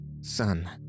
son